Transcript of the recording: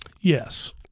Yes